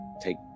take